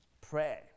Pray